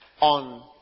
on